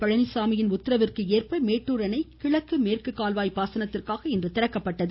பழனிசாமியின் உத்தரவிற்கேற்ப மேட்டூர் அணை கிழக்கு மேற்கு கால்வாய் பாசனத்திற்காக இன்று திறக்கப்பட்டது